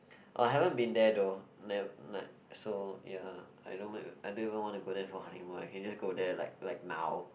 oh I haven't been there though so ya I I don't even wanna go there for honeymoon I can just go there like like now